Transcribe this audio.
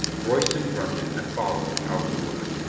royston grunted and followed without a word.